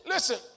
Listen